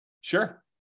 sure